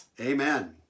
Amen